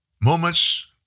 Moments